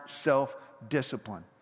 self-discipline